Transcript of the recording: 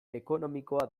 ekonomikoa